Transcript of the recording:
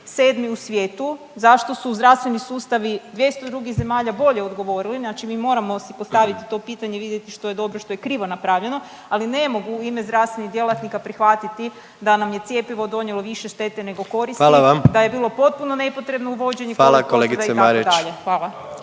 sedmi u svijetu, zašto su zdravstveni sustavi 200 drugih zemalja bolje odgovorili. Znači, mi moramo si postaviti to pitanje, vidjeti što je dobro, što je krivo napravljeno. Ali ne mogu u ime zdravstvenih djelatnika prihvatiti da nam je cjepivo donijelo više štete nego koristi, da je bilo potpuno nepotrebno uvođenje covid potvrda itd.